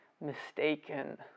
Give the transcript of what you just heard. mistaken